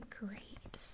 great